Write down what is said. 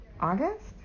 august